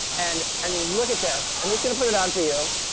and i mean, look at this. i'm just gonna put it on for you.